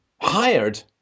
hired